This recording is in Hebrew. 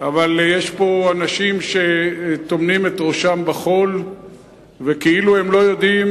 אבל יש פה אנשים שטומנים את ראשם בחול וכאילו לא יודעים